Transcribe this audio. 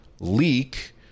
leak